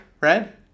right